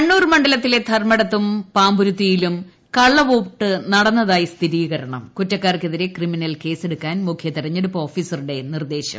കണ്ണൂർ മണ്ഡലത്തിലെ ധർമ്മടത്തും പാമ്പുരുത്തിയിലും കളളവോട്ട് നടന്നതായി സ്ഥിരീക്ടർണ്ടം കുറ്റക്കാർക്കെതിരെ ക്രിമിനൽ കേസെടുക്കാൻ മുഖ്യ തെരഞ്ഞെടുപ്പ് ഓഫ്യീസറ്റുടെ നിർദ്ദേശം